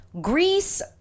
Greece